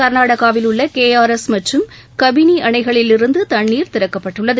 கர்நாடகாவில் உள்ள K R S மற்றும் கபினி அணைகளிலிருந்து தண்ணீர் திறக்கப்பட்டுள்ளது